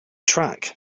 track